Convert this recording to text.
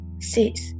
Six